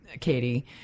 Katie